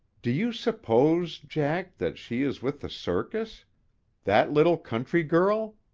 do you suppose, jack, that she is with the circus that little country girl?